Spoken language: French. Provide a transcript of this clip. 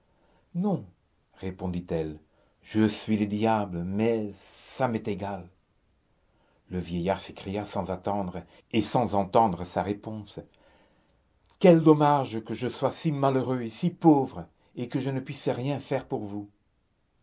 non répondit-elle je suis le diable mais ça m'est égal le vieillard s'écria sans attendre et sans entendre sa réponse quel dommage que je sois si malheureux et si pauvre et que je ne puisse rien faire pour vous